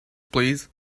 please